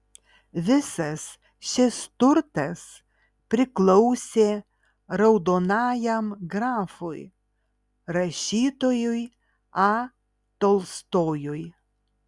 visas šis turtas priklausė raudonajam grafui rašytojui a tolstojui